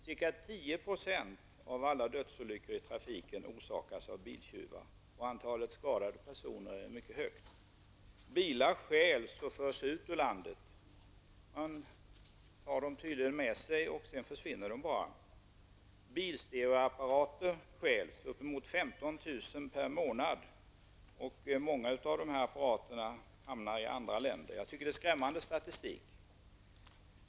Ca 10 % av alla dödsolyckor i trafiken orsakas av biltjuvar, och antalet skadade personer är mycket högt. Bilar stjäls och förs ut ur landet. Man tar dem tydligen med sig, och sedan försvinner de helt enkelt. Uppemot 15 000 bilstereoapparater stjäls per månad. Många av dessa apparater hamnar i andra länder. Det är skrämmande statistik.